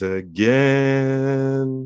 again